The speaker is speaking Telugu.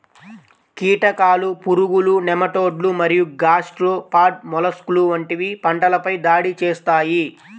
కీటకాలు, పురుగులు, నెమటోడ్లు మరియు గ్యాస్ట్రోపాడ్ మొలస్క్లు వంటివి పంటలపై దాడి చేస్తాయి